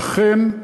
ואכן,